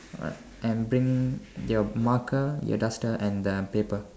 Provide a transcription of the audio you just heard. alright and bring your marker your duster and the paper